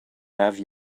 have